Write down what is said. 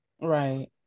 right